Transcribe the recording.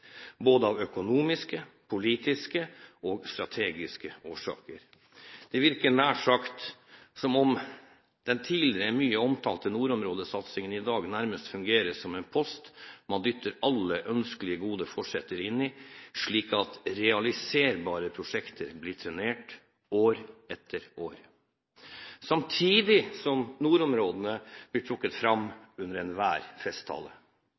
av både økonomiske, politiske og strategiske årsaker. Det virker nær sagt som om den tidligere mye omtalte nordområdesatsingen i dag nærmest fungerer som en post man dytter alle ønskelige gode forsetter inn i, slik at realiserbare prosjekter blir trenert år etter år, samtidig som nordområdene blir trukket fram under enhver festtale.